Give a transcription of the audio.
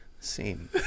scene